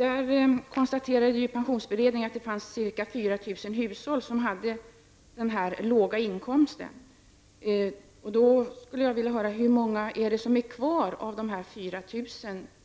Fru talman! Pensionsutredningen konstaterade att det fanns ca 4 000 hushåll som hade denna låga inkomst. Hur många är kvar av dessa 4 000